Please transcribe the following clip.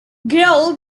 grohl